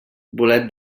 bolet